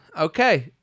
okay